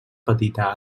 petita